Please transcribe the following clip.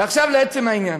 עכשיו לעצם העניין.